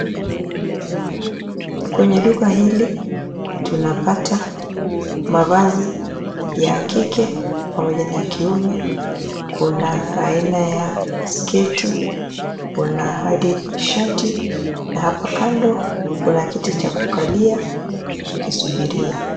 Kwenye duka hili tunapata mavazi ya kike pamoja na kiume. Kuna aina ya sketi, kuna hadi shati na hapo kando kuna kiti cha kukalia ukisubiria.